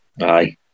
Aye